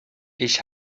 ich